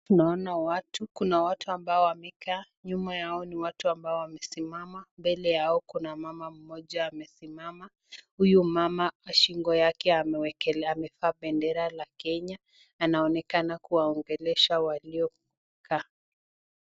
Tunaona watu, kuna watu ambao wamekaa nyuma yao ni watu ambao wamesimama, mbele yao kuna mama mmoja amesimama, huyo mama kwa shingo yake amewekelea bendera la Kenya anaoenekana kuwaongelesha waliokaa.